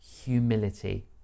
humility